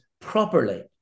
properly